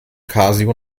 casio